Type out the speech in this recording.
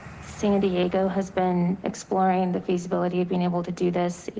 san diego has been exploring the feasibility of being able to do this. yeah